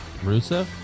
Rusev